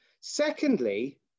Secondly